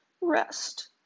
rest